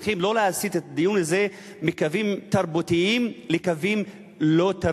צריכים לא להסיט את הדיון הזה מקווים תרבותיים לקווים לא-תרבותיים.